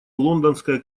лондонская